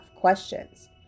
questions